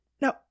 No